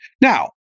Now